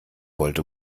wollte